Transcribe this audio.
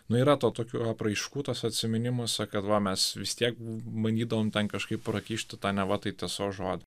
nu yra to tokių apraiškų tuose atsiminimuose kad va mes vis tiek bandydavom ten kažkaip prakišti tą neva tai tiesos žodį